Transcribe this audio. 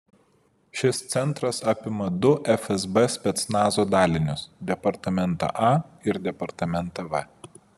šis centras apima du fsb specnazo dalinius departamentą a ir departamentą v